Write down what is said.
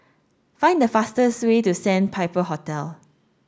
find the fastest way to Sandpiper Hotel